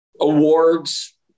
awards